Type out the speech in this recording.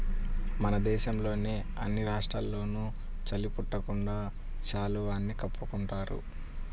మన దేశంలోని అన్ని రాష్ట్రాల్లోనూ చలి పుట్టకుండా శాలువాని కప్పుకుంటున్నారు